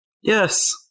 Yes